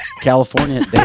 California